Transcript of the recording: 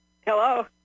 Hello